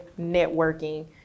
networking